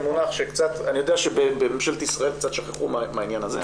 אני יודע שבממשלת ישראל קצת שכחו מהעניין הזה,